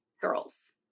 girls